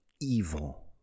evil